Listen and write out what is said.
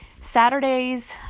Saturdays